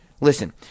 Listen